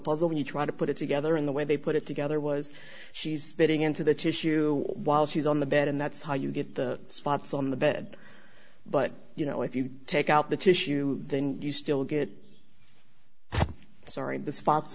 puzzle when you try to put it together in the way they put it together was she's getting into the tissue while she's on the bed and that's how you get the spots on the bed but you know if you take out the tissue then you still get sarin th